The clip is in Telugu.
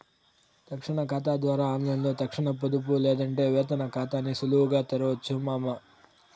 తక్షణ కాతా ద్వారా ఆన్లైన్లో తక్షణ పొదుపు లేదంటే వేతన కాతాని సులువుగా తెరవొచ్చు మామా